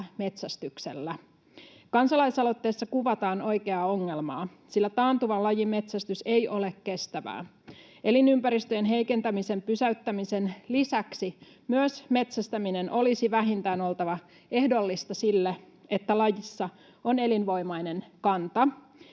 metsästyksellä. Kansalaisaloitteessa kuvataan oikeaa ongelmaa, sillä taantuvan lajin metsästys ei ole kestävää. Elinympäristöjen heikentämisen pysäyttämisen lisäksi myös metsästämisen olisi vähintään oltava ehdollista sille, että lajissa on elinvoimainen kanta.